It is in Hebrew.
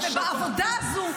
סכנה לעובדי --- בעבודה הזו,